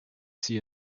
see